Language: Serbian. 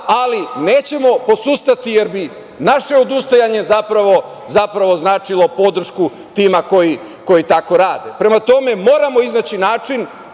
ali nećemo posustati jer bi naše odustajanje zapravo značilo podršku tima koji tako rade. Prema tome, moramo iznaći način,